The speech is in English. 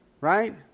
right